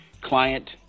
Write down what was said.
client